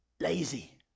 lazy